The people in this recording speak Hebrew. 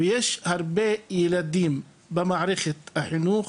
ויש הרבה ילדים במערכת החינוך